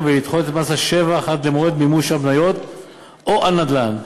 ולדחות את מס השבח עד למועד מימוש המניות או הנדל"ן,